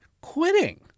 quitting